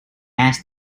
has